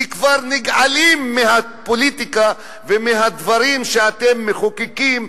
כי כבר נגעלים מהפוליטיקה ומהדברים שאתם מחוקקים,